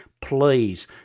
please